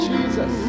Jesus